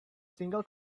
single